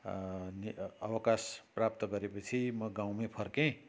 अवकास प्राप्त गरे पछि म गाउँमै फर्के